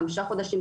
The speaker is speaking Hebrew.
חמישה חודשים,